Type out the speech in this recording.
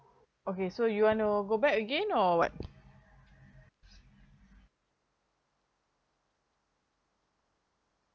okay so you want to go back again or what